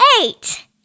eight